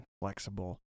flexible